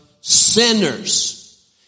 Sinners